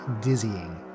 dizzying